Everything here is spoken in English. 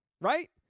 right